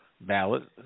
ballot